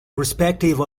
respective